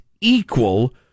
equal